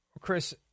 Chris